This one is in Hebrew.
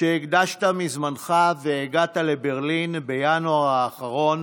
על שהקדשת מזמנך והגעת לברלין בינואר האחרון